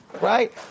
right